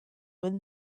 when